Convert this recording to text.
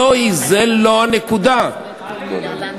יציג את הצעת החוק יושב-ראש ועדת הכלכלה אבישי